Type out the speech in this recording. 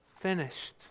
finished